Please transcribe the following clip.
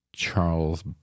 Charles